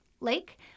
Lake